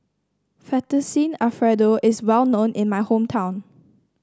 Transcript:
Fettuccine Alfredo is well known in my hometown